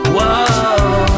Whoa